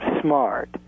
smart